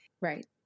Right